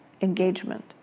engagement